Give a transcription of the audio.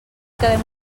quedem